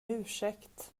ursäkt